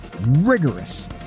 rigorous